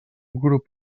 grup